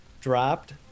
dropped